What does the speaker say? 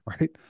right